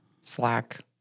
Slack